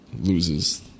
loses